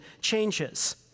changes